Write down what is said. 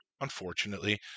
unfortunately